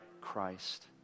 Christ